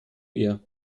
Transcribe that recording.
ihr